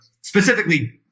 specifically